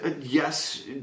yes